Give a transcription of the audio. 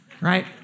right